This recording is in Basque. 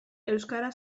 euskara